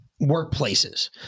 workplaces